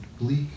bleak